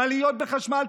ועליות בחשמל,